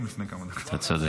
אתה צודק.